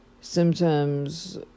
symptoms